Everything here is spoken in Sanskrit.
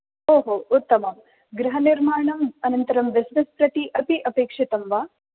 ओहो उत्तमं गृहनिर्माणम् अनन्तरम् बिस्नेस् प्रति अपि अपेक्षितं वा